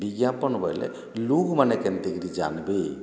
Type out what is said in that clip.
ବିଜ୍ଞାପନ୍ ବୋଇଲେ ଲୁକ୍ମାନେ କେନ୍ତି କରି ଜାନ୍ବେ